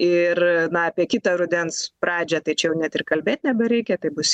ir na apie kitą rudens pradžią tai čia jau net ir kalbėt nebereikia tai bus